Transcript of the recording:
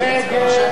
סבסוד אשראי,